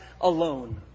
alone